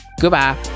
Goodbye